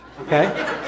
okay